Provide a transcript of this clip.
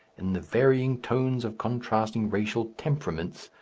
in the varying tones of contrasting racial temperaments,